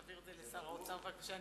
תעביר את זה לשר האוצר בבקשה,